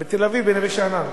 בתל-אביב, בנווה-שאנן.